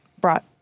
brought